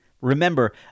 Remember